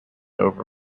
over